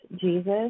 Jesus